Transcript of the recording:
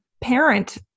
parent